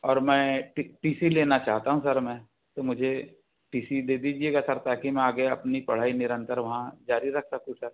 और मैं T T C लेना चाहता हूँ सर मैं तो मुझे टी सी दे दीजियेगा सर ताकि मैं आगे अपनी पढ़ाई निरंतर वहाँ जारी रख सकूँ सर